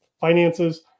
finances